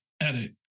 edit